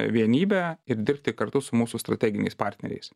vienybę ir dirbti kartu su mūsų strateginiais partneriais